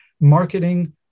marketing